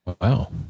Wow